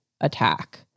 attack